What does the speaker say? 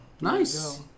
Nice